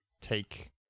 take